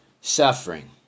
suffering